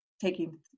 taking